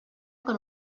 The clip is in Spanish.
con